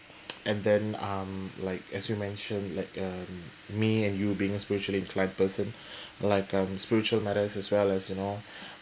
and then um like as you mentioned like uh me and you being spiritually inclined person like um spiritual matters as well as you know